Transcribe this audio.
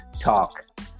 talk